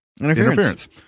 Interference